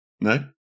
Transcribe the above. No